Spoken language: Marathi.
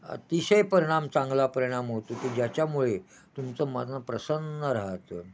अतिशय परिणाम चांगला परिणाम होतो की ज्याच्यामुळे तुमचं मन प्रसन्न राहतं